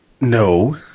No